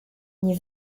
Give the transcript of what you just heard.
nie